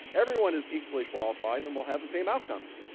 everyone is equally qualified and will have the same outcomes.